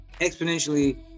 exponentially